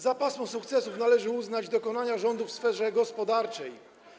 Za pasmo sukcesów należy uznać dokonania rządu w sferze gospodarczej.